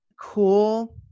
cool